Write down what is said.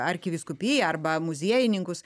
arkivyskupiją arba muziejininkus